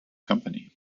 company